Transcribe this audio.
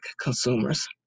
consumers